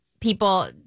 people